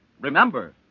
Remember